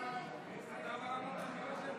ההסתייגות (4)